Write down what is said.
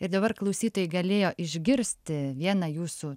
ir dabar klausytojai galėjo išgirsti vieną jūsų